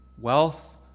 Wealth